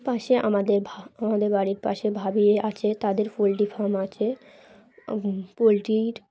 পাশে আমাদের আমাদের বাড়ির পাশে ভাবি আছে তাদের পোলট্রি ফার্ম আছে পোলট্রির